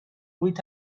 with